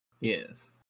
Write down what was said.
Yes